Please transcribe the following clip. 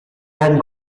had